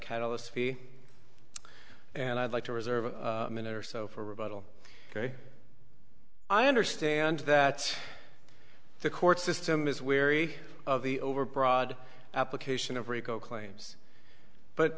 catalyst be and i'd like to reserve a minute or so for rebuttal ok i understand that the court system is wary of the overbroad application of rico claims but